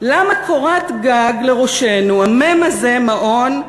למה קורת גג לראשנו, המ"ם הזה, מעון,